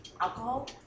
alcohol